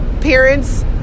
parents